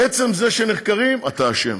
עצם זה שנחקרים, אתה אשם.